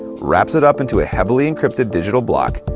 wraps it up into a heavily encrypted digital block,